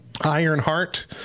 Ironheart